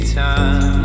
time